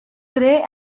grey